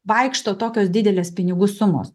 vaikšto tokios didelės pinigų sumos